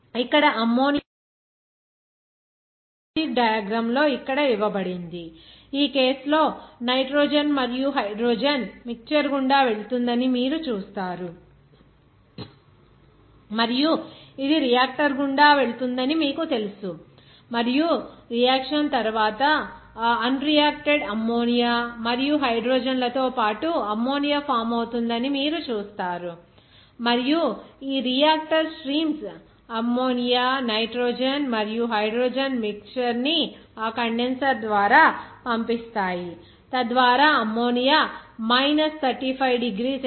ఇక్కడ అమ్మోనియా యొక్క ప్రొడక్షన్ ఈ స్కీమాటిక్ డయాగ్రమ్ లో ఇక్కడ ఇవ్వబడింది ఈ కేసు లో నైట్రోజన్ మరియు హైడ్రోజన్ మిక్చర్ గుండా వెళుతుందని మీరు చూస్తారు మరియు ఇది రియాక్టర్ గుండా వెళుతుందని మీకు తెలుసు మరియు రియాక్షన్ తరువాత ఆ అన్ రియాక్టడ్ అమ్మోనియా మరియు హైడ్రోజన్ లతో పాటు అమ్మోనియా ఫామ్ అవుతుందని మీరు చూస్తారు మరియు మరియు ఈ రియాక్టర్ స్ట్రీమ్స్ అమ్మోనియా నైట్రోజన్ మరియు హైడ్రోజన్ మిక్చర్ ని ఆ కండెన్సర్ ద్వారా పంపిస్తాయి తద్వారా అమ్మోనియా మైనస్ 35 డిగ్రీ సెంటీగ్రేడ్ వద్ద కండెన్స్ అవుతుంది మరియు అక్కడ మీరు లిక్విడ్ అమ్మోనియా ను పొందవచ్చు